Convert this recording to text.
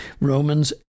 Romans